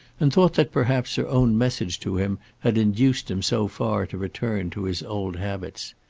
and thought that perhaps her own message to him had induced him so far to return to his old habits.